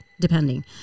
depending